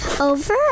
Over